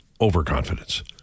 Overconfidence